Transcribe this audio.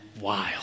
wild